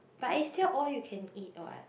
but is still all you can eat what